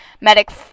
medics